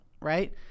right